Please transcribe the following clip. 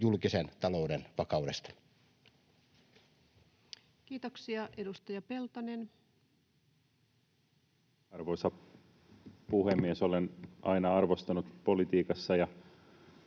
julkisen talouden vakaudesta. Kiitoksia. — Edustaja Peltonen. Arvoisa puhemies! Olen aina arvostanut politiikassa